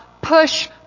Push